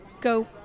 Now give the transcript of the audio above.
go